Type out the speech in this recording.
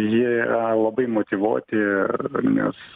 jie labai motyvuoti ir nes